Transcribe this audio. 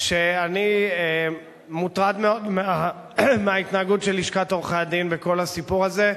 שאני מוטרד מאוד מההתנהגות של לשכת עורכי-הדין בכל הסיפור הזה.